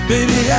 Baby